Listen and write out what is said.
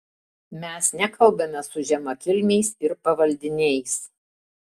mes nekalbame su žemakilmiais ir pavaldiniais